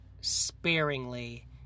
sparingly